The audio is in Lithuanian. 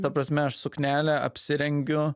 ta prasme aš suknelę apsirengiu